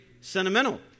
sentimental